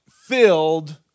Filled